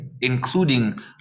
including